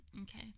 Okay